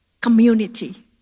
community